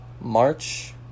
March